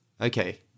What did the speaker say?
Okay